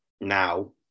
now